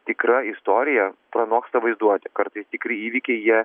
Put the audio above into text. tikra istorija pranoksta vaizduotę kartais tikri įvykiai jie